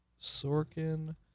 Sorkin